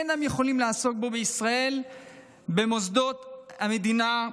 אין הם יכולים לעסוק בו במוסדות המדינה בישראל,